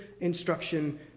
instruction